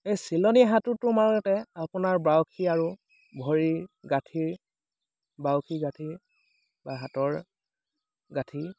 এই চিলনী সাঁতোৰটো মাৰোতে আপোনাৰ বাউসি আৰু ভৰিৰ গাঁঠীৰ বাউসি গাঁঠীৰ বা হাতৰ গাঁঠি